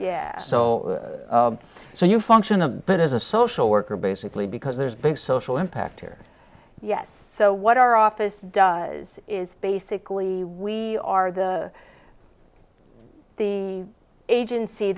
yeah so so you function a bit as a social worker basically because there's big social impact here yes so what our office does is basically we are the the agency